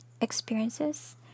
experiences